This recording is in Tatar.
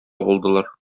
булдылар